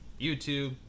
YouTube